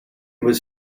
was